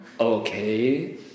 Okay